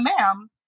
ma'am